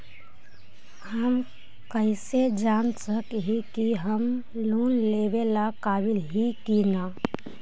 हम कईसे जान सक ही की हम लोन लेवेला काबिल ही की ना?